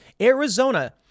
Arizona